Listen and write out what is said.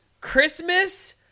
Christmas